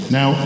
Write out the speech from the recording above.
Now